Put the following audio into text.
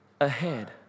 ahead